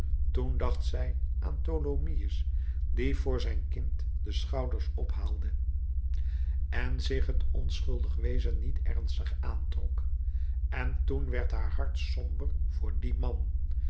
toen dacht zij aan tholomyès die voor zijn kind de schouders ophaalde en zich het onschuldig wezen niet ernstig aantrok en toen werd haar hart somber voor dien man